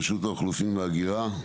רשות האוכלוסין וההגירה,